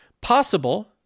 Possible